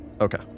Okay